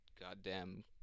goddamn